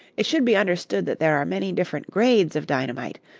it should be understood that there are many different grades of dynamite,